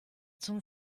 zum